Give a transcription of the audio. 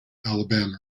alabama